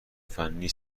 فنی